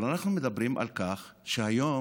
אבל אנחנו מדברים על כך שהיום,